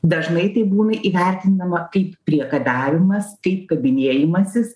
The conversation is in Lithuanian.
dažnai tai būna įvertinama kaip priekabiavimas kaip kabinėjimasis